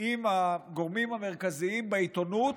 עם הגורמים המרכזיים בעיתונות,